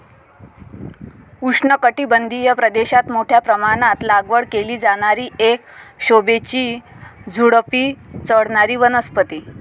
उष्णकटिबंधीय प्रदेशात मोठ्या प्रमाणात लागवड केली जाणारी एक शोभेची झुडुपी चढणारी वनस्पती